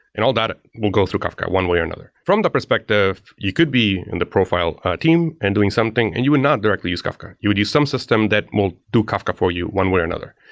and all that will go through kafka one way or another. from the perspective, you could be in the profile team and doing something and you will not directly use kafka. you would use some system that will do kafka for you one way or another.